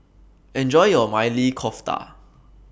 Enjoy your Maili Kofta